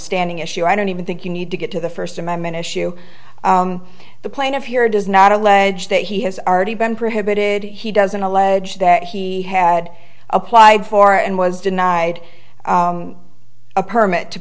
standing issue i don't even think you need to get to the first amendment issue the plaintiff here does not allege that he has already been prohibited he doesn't allege that he had applied for and was denied a permit to